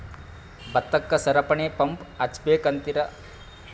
ಭತ್ತಕ್ಕ ಸರಪಣಿ ಪಂಪ್ ಹಚ್ಚಬೇಕ್ ಅಂತಿರಾ?